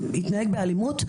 התנהג באלימות,